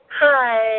Hi